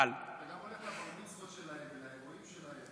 אבל, אתה גם הולך לבר-מצוות שלהם ולאירועים שלהם.